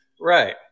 Right